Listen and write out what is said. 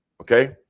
okay